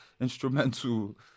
instrumental